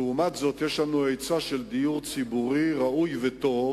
ולעומת זאת יש לנו היצע של דיור ציבורי ראוי וטוב